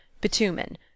Bitumen